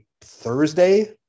Thursday